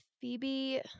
Phoebe